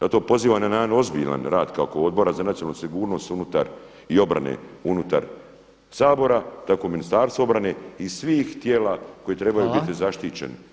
Zato pozivam na jedan ozbiljan rad kao Odbora za nacionalnu sigurnost i obrane unutar Sabora, tako i Ministarstvo obrane i svih tijela koji trebaju biti zaštićeni.